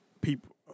People